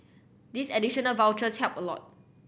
these additional vouchers help a lot